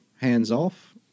hands-off